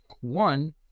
one